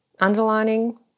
underlining